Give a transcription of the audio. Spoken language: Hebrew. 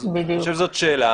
זאת שאלה,